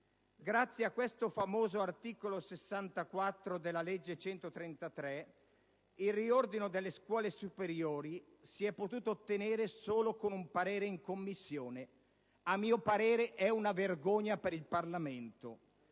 Grazie a quel famoso articolo 64 della legge n. 133 del 2008 il riordino delle scuole superiori si è potuto ottenere solo con un parere in Commissione a mio parere, è una vergogna per il Parlamento),